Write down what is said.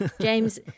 James